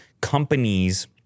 companies